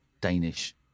Danish